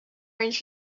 arrange